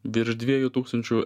virš dviejų tūkstančių